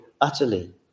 utterly